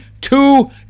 two